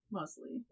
mostly